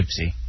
Gypsy